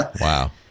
Wow